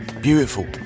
beautiful